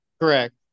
Correct